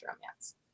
romance